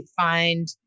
find